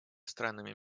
странами